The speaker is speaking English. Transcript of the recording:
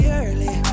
early